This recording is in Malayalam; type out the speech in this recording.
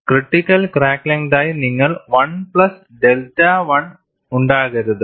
ക്രിട്ടിക്കൽ ക്രാക്ക് ലെങ്തായി നിങ്ങൾക്ക് 1 പ്ലസ് ഡെൽറ്റ 1 ഉണ്ടാകരുത്